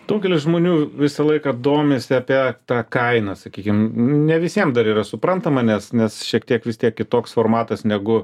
daugelis žmonių visą laiką domisi apie tą kainą sakykim ne visiems dar yra suprantama nes nes šiek tiek vis tiek kitoks formatas negu